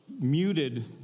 muted